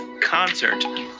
concert